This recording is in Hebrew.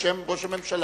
בשם ראש הממשלה.